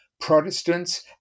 Protestants